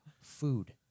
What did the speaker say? Food